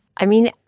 i mean,